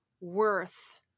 worth